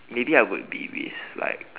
maybe I would be this like